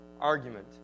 argument